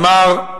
אמר,